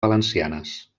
valencianes